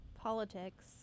politics